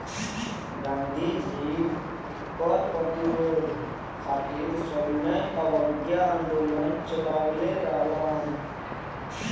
गांधी जी कर प्रतिरोध खातिर सविनय अवज्ञा आन्दोलन चालवले रहलन